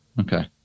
Okay